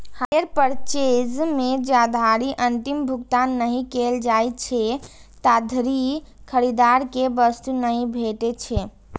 hire purchase मे जाधरि अंतिम भुगतान नहि कैल जाइ छै, ताधरि खरीदार कें वस्तु नहि भेटै छै